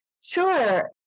Sure